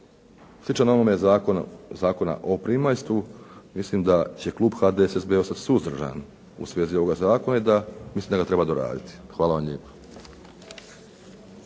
sličan onome Zakonu o primaljstvu, mislim da će klub HDSSB-a ostati suzdržan u svezi ovoga zakona i mislim da ga treba doraditi. Hvala vam lijepo.